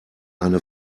eine